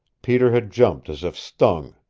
peter had jumped as if stung,